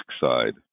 side